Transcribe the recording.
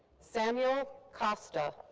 samuel costa.